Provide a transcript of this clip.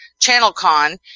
ChannelCon